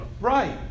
Right